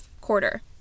quarter